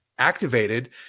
activated